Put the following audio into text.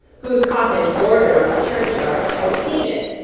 whose cottage bordered on the churchyard, had seen it,